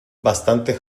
bastante